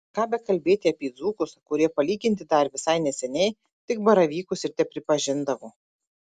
ką bekalbėti apie dzūkus kurie palyginti dar visai neseniai tik baravykus ir tepripažindavo